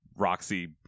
Roxy